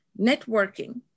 networking